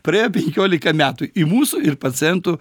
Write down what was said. praėjo penkiolika metų į mūsų ir pacientų